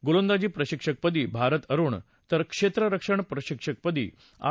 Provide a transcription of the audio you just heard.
गोलंदाजी प्रशिक्षकपदी भारत अरुण तर क्षेत्ररक्षण प्रशिक्षक पदी आर